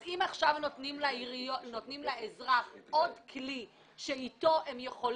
אז אם עכשיו נותנים לאזרח עוד כלי שאיתו הוא יכול